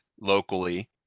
locally